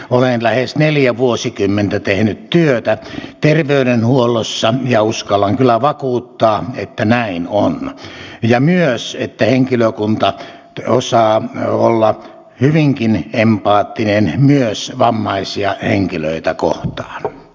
olen lähes neljä vuosikymmentä tehnyt työtä terveydenhuollossa ja uskallan kyllä vakuuttaa että näin on ja myös että henkilökunta osaa olla hyvinkin empaattinen myös vammaisia henkilöitä kohtaan